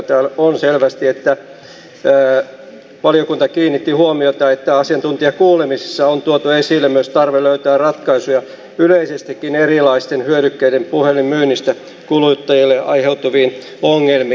täällä on selvästi että valiokunta kiinnitti huomiota että asiantuntijakuulemisissa on tuotu esille myös tarve löytää ratkaisuja yleisestikin erilaisten hyödykkeiden puhelinmyynnistä kuluttajille aiheutuviin ongelmiin